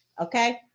Okay